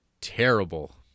Terrible